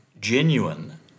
genuine